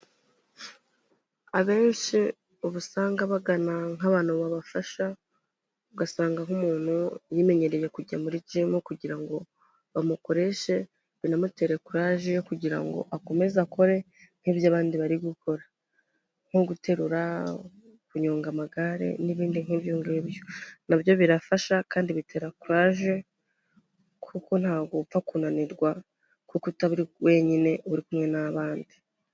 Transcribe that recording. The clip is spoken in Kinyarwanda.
Abenshi uba usanga bagana nk'abantu babafasha, ugasanga nk'umuntu yimenyereye kujya muri jimu kugira ngo bamukoreshe binamutere kuraje yo kugira ngo akomeze akore nk'ibyo abandi bari gukora, nko guterura, kunyonga amagare n'ibindi nk'ibyo ngibyo na byo birafasha kandi bitera kuraje, kuko ntabwo upfa kunanirwa kuko utaba uri wenyine uri kumwe n'abandi.